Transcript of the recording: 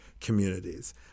communities